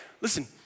listen